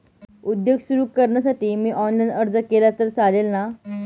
उद्योग सुरु करण्यासाठी मी ऑनलाईन अर्ज केला तर चालेल ना?